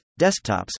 Desktops